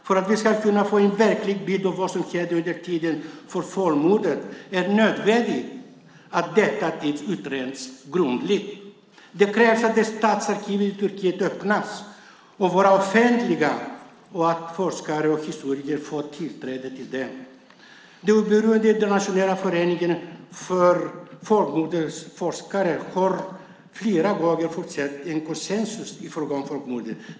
För att vi ska kunna få en verklig bild av vad som hände under tiden för folkmordet är det nödvändigt att detta utreds grundligt. Det krävs att statsarkiven i Turkiet öppnas och blir offentliga så att forskare och historiker får tillträde till dem. Den oberoende Internationella föreningen för folkmordsforskare har flera gånger fastslagit en konsensus i fråga om folkmordet.